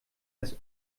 des